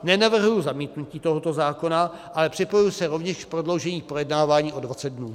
Nenavrhuji zamítnutí tohoto zákona, ale připojuji se rovněž k prodloužení projednávání o 20 dnů.